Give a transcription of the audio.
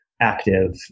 active